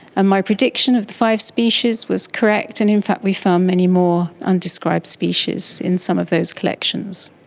and my prediction of the five species was correct, and in fact we found many more undescribed species in some of those collections.